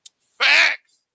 Facts